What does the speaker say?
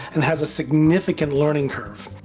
and has a significant learning curve.